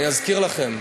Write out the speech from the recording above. אני אזכיר לכם.